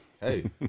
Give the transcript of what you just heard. hey